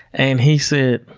and he said,